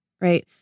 right